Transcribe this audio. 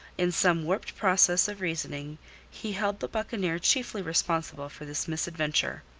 in some warped process of reasoning he held the buccaneer chiefly responsible for this misadventure.